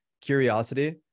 curiosity